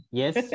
yes